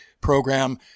program